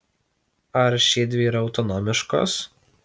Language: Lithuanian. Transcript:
ar šiedvi yra autonomiškos